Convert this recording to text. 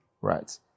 right